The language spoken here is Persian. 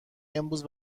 امروز